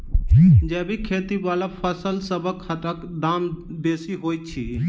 जैबिक खेती बला फसलसबक हाटक दाम बेसी होइत छी